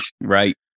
Right